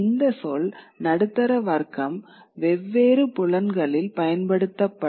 இந்த சொல் நடுத்தர வர்க்கம் வெவ்வேறு புலன்களில் பயன்படுத்தப்படும்